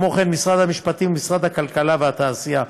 וכן משרד המשפטים ומשרד הכלכלה והתעשייה.